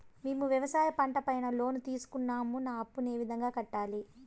మేము వ్యవసాయ పంట పైన లోను తీసుకున్నాం నా అప్పును ఏ విధంగా కట్టాలి